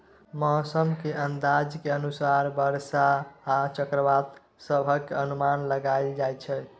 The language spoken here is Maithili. मौसम के अंदाज के अनुसार बरसा आ चक्रवात सभक अनुमान लगाइल जाइ छै